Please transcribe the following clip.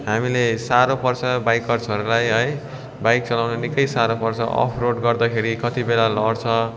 हामीले साह्रो पर्छ बाइकर्सहरूलाई है बाइक चलाउनु निकै साह्रो पर्छ अफ रोड गर्दाखेरि कतिबेला लड्छ